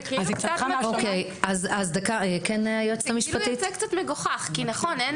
זה יוצא קצת מגוחך כי נכון,